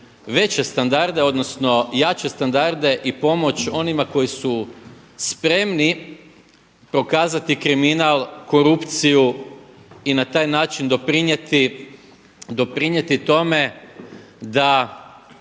veće standarde, odnosno jače standarde i pomoć onima koji su spremni pokazati kriminal, korupciju i na taj način doprinijeti tome da